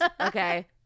Okay